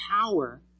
power